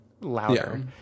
louder